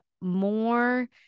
more